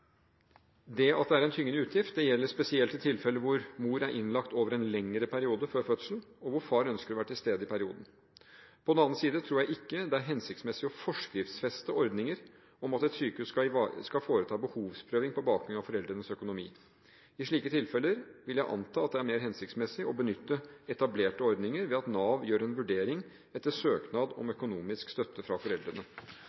Det at det er en tyngende utgift, gjelder spesielt i de tilfeller hvor mor er innlagt over en lengre periode før fødsel, og hvor far ønsker å være til stede i perioden. På den annen side tror jeg ikke det er hensiktsmessig å forskriftsfeste ordninger om at et sykehus skal foreta behovsprøving på bakgrunn av foreldrenes økonomi. I slike tilfeller vil jeg anta at det er mer hensiktsmessig å benytte etablerte ordninger, ved at Nav gjør en vurdering etter søknad om